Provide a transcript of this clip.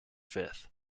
fifth